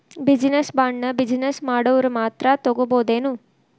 Business ಬಾಂಡ್ನ business ಮಾಡೊವ್ರ ಮಾತ್ರಾ ತಗೊಬೊದೇನು?